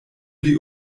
die